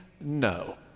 no